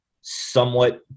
somewhat